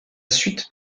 suite